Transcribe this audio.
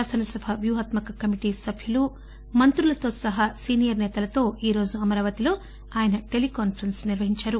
శాసనసభ వ్యూహాత్మక కమిటీ సభ్యులుమంత్రులతో సహా సీనియర్ సేతలతో ఈరోజు అమరావతిలో ఆయన టెలికాన్పరెస్స్ నిర్వహించారు